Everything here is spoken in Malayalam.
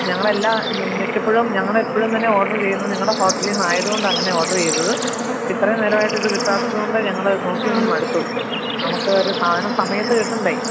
ഞങ്ങൾ എല്ലാ മിക്കപ്പോഴും ഞങ്ങൾ എപ്പോഴും തന്നെ ഓഡറ് ചെയ്യുന്നത് നിങ്ങളുടെ ഹോട്ടലിൽ നിന്നായത് കൊണ്ടാണ് അങ്ങനെ ഓഡർ ചെയ്തത് ഇത്രയും നേരമാായിട്ട് അത് കിട്ടാത്തത് കൊണ്ടാണ് ഞങ്ങൾ നോക്കി നിന്നു മടുത്തു നമുക്ക് ഒരു സാധനം സമയത്ത് കിട്ടണ്ടേ